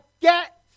get